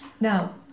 now